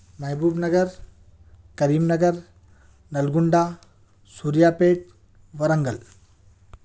Mehboob Nagar Karimnagar Nalgonda Suryapet Warangal